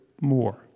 more